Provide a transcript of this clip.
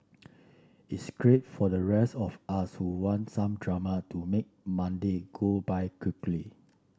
it's great for the rest of us who want some drama to make Monday go by quickly